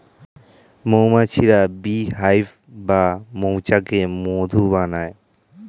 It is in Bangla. মৌমাছিরা বী হাইভ বা মৌচাকে মধু বানায়